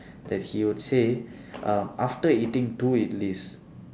that he would say after uh eating two at least